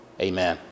Amen